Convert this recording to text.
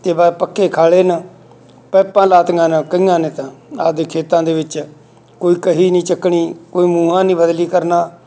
ਅਤੇ ਵ ਪੱਕੇ ਖਾਲੇ ਹਨ ਪੈਪਾਂ ਲਾਤੀਆਂ ਹਨ ਕਈਆਂ ਨੇ ਤਾਂ ਆਪਦੇ ਖੇਤਾਂ ਦੇ ਵਿੱਚ ਕੋਈ ਕਹੀ ਨਹੀਂ ਚੱਕਣੀ ਕੋਈ ਮੂਹਾ ਨਹੀਂ ਬਦਲੀ ਕਰਨਾ